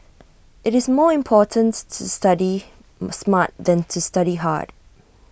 IT is more important to to study smart than to study hard